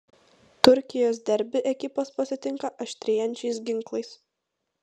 turkijos derbį ekipos pasitinka aštrėjančiais ginklais